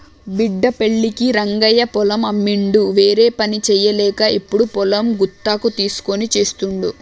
బిడ్డ పెళ్ళికి రంగయ్య పొలం అమ్మిండు వేరేపని చేయలేక ఇప్పుడు పొలం గుత్తకు తీస్కొని చేస్తుండు